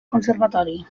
conservatori